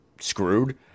screwed